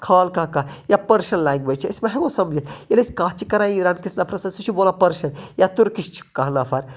خال کانہہ کَتھ یا پٔرشِیَن لینگویٚج چھِ أسۍ ما ہیکو سمجِتھ ییٚلہِ أسۍ کَتھ چھِ کَران ایران کِس نَفرَس سۭتۍ سُہ چھُ بولان پٔرشِیَن یا تُرکِش چھُ کانہہ نَفَر